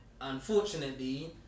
unfortunately